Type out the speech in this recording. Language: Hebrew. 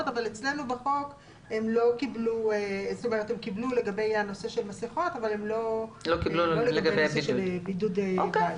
אבל אצלנו בחוק הם קיבלו לגבי הנושא של מסכות אבל לא לגבי בידוד בית.